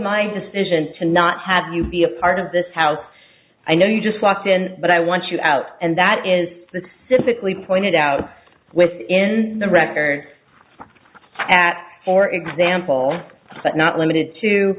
my decision to not have you be a part of this house i know you just walked in but i want you out and that is the sickly pointed out within the record at for example but not limited to